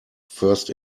first